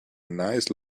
nice